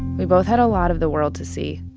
we both had a lot of the world to see.